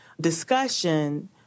discussion